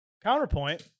Counterpoint